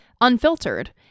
unfiltered